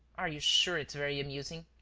are you sure it's very amusing?